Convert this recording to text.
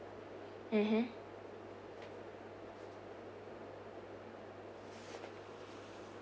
mmhmm